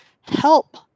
help